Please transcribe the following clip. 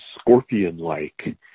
scorpion-like